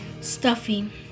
stuffy